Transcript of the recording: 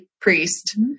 priest